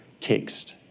text